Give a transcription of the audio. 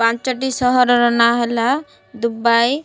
ପାଞ୍ଚଟି ସହରର ନାଁ ହେଲା ଦୁବାଇ